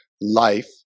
life